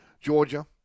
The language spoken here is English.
Georgia